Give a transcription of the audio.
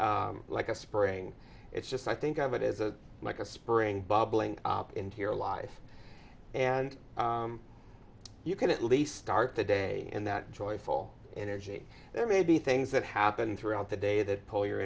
up like a spring it's just i think of it as a like a spring bubbling up into your life and you can at least start the day and that joyful energy there may be things that happen throughout the day that pull your